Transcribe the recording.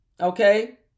Okay